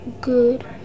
good